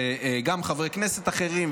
גם חברי כנסת אחרים,